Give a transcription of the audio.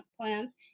plans